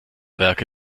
werke